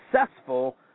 Successful